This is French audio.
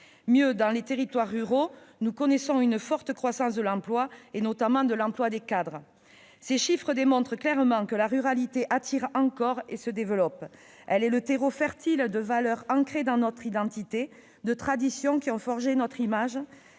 Mieux, dans les territoires ruraux, nous connaissons une forte croissance de l'emploi, notamment des cadres. Ces chiffres démontrent clairement que la ruralité attire encore et se développe. Elle est le terreau fertile de valeurs ancrées dans notre identité, de traditions qui ont forgé notre image